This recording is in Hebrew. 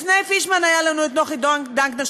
לפני פישמן היה לנו נוחי דנקנר,